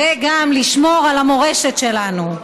וגם לשמור על המורשת שלנו.